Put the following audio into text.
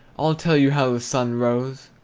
i'll tell you how the sun rose,